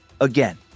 again